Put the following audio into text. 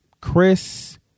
Chris